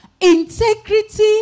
Integrity